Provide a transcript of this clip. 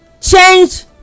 Change